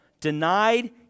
denied